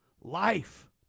Life